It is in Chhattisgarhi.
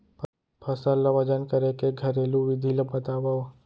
फसल ला वजन करे के घरेलू विधि ला बतावव?